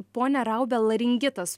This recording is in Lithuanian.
pone raube laringitas